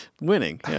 Winning